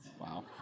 Wow